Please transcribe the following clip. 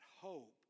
hope